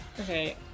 Okay